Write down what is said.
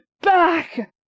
back